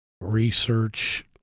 Research